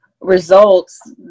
results